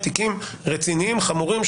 תיקים רציניים וחמורים,